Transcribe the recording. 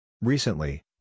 Recently